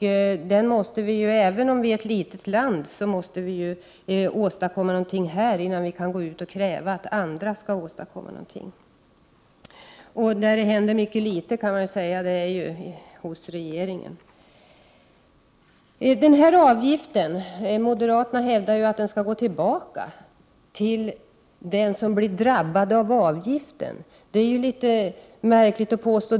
Även om vårt land är litet måste vi åstadkomma någonting här innan vi kan kräva att andra skall åstadkomma någonting. Ett håll där det händer mycket litet är inom regeringen. Moderaterna hävdar att en miljöavgift bör gå tillbaka till den som blir drabbad av avgiften. Det är en litet märklig uppfattning.